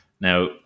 Now